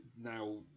now